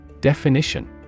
Definition